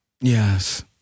Yes